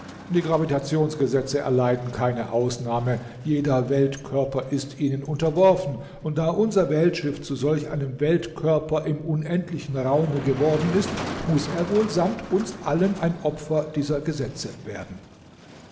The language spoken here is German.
die gravitationsgesetze erleiden keine ausnahme jeder weltkörper ist ihnen unterworfen und da unser weltschiff zu solch einem weltkörper im unendlichen raume geworden ist muß er wohl samt uns allen ein opfer dieser gesetze werden